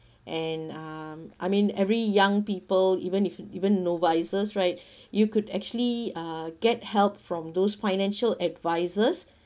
and um I mean every young people even if even novices right you could actually uh get help from those financial advisors